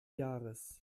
jahres